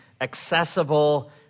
accessible